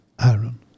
Aaron